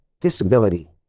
disability